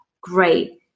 Great